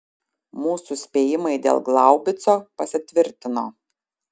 mūsų spėjimai dėl glaubico pasitvirtino